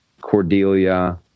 Cordelia